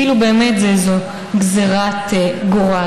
כאילו באמת זו גזרת גורל.